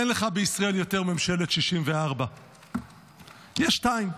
אין לך יותר בישראל ממשלת 64. יש שתיים,